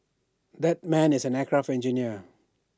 that man is an aircraft engineer